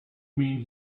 mean